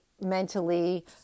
mentally